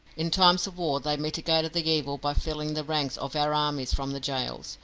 in times of war they mitigated the evil by filling the ranks of our armies from the gaols,